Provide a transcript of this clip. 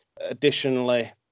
Additionally